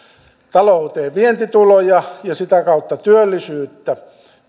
talouteen vientituloja ja sitä kautta työllisyyttä